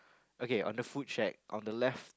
okay on the food shack on the left